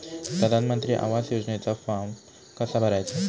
प्रधानमंत्री आवास योजनेचा फॉर्म कसा भरायचा?